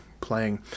playing